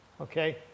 okay